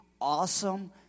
awesome